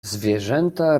zwierzęta